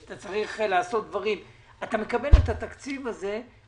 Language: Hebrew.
אתה מקבל את התקציב הזה,